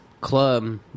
club